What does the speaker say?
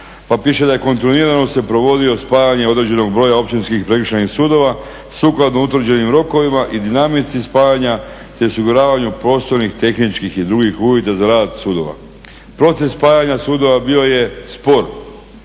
pa piše da je kontinuirano se provodio spajanje određenog broja općinskih i prekršajnih sudova sukladno utvrđenim rokovima i dinamici spajanja te osiguravanju prostornih, tehničkih i drugih uvjeta za rad sudova. Proces spajanja sudova bio je spor,